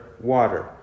water